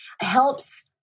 helps